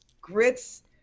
grits